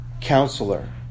Counselor